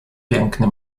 piękny